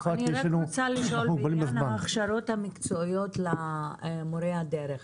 אני רק רוצה לשאול בעניין ההכשרות המקצועיות למורי הדרך: